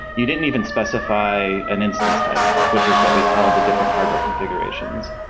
you didn't even specify an instance type, which is what we call the different hardware configurations.